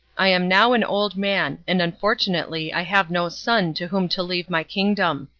i am now an old man, and unfortunately i have no son to whom to leave my kingdom.